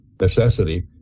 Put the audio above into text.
necessity